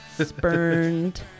spurned